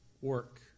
work